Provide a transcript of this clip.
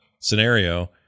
scenario